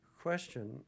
question